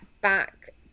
back